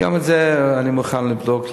גם את זה אני מוכן לבדוק,